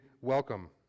welcome